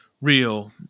real